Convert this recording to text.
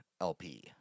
LP